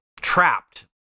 trapped